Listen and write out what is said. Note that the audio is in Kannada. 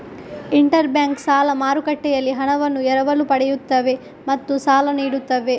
ಇಂಟರ್ ಬ್ಯಾಂಕ್ ಸಾಲ ಮಾರುಕಟ್ಟೆಯಲ್ಲಿ ಹಣವನ್ನು ಎರವಲು ಪಡೆಯುತ್ತವೆ ಮತ್ತು ಸಾಲ ನೀಡುತ್ತವೆ